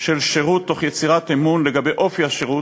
של שירות תוך יצירת אמון לגבי אופי השירות,